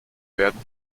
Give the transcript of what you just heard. werden